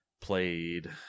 Played